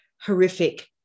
horrific